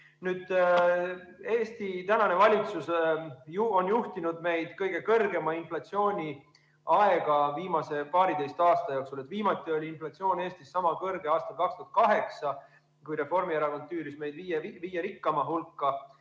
Eesti tänane valitsus on juhtinud meid kõige kõrgema inflatsiooni aega viimase paariteist aasta jooksul. Viimati oli inflatsioon Eestis sama kõrge aastal 2008, kui Reformierakond tüüris meid viie rikkama riigi